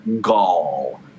gall